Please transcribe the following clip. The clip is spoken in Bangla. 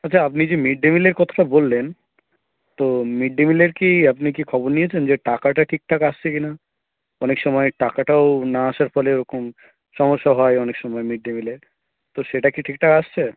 আচ্ছা আপনি যে মিড ডে মিলের কথাটা বললেন তো মিড ডে মিলের কি আপনি কি খবর নিয়েছেন যে টাকাটা ঠিকঠাক আসছে কিনা অনেক সময় টাকাটাও না আসার ফলে ওরকম সমস্যা হয় অনেক সময় মিড ডে মিলের তো সেটা কি ঠিকঠাক আসছে